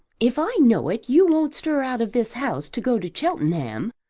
if i know it you won't stir out of this house to go to cheltenham.